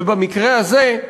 ובמקרה הזה,